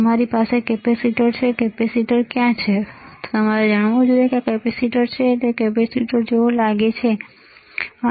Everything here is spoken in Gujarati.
તમારી પાસે કેપેસિટર છે કેપેસિટર ક્યાં છે હવે તમારે જાણવું જોઈએ આ કેપેસિટર છે તે કેપેસિટર જેવું લાગે છે ખરું ને